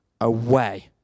away